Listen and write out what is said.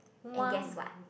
and guess what